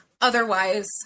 Otherwise